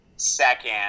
second